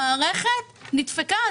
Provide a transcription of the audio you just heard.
המערכת נדפקה,